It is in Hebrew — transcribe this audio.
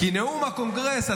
כי נאום הקונגרס,